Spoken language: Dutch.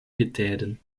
getijden